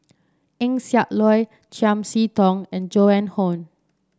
Eng Siak Loy Chiam See Tong and Joan Hon